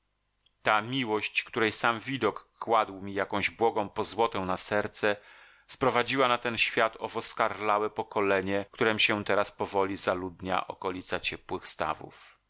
ta miłość której sam widok kładł mi jakąś błogą pozłotę na serce sprowadziła na ten świat owo skarlałe pokolenie którem się teraz powoli zaludnia okolica ciepłych stawów